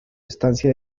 estancia